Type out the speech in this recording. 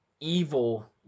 evil